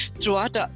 throughout